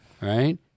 right